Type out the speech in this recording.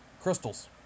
Crystal's